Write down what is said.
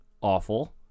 Awful